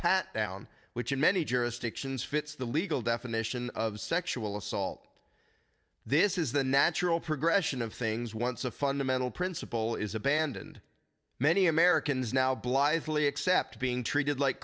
pat down which in many jurisdictions fits the legal definition of sexual assault this is the natural progression of things once a fundamental principle is abandoned many americans now blithely accept being treated like